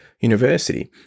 university